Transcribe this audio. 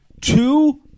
Two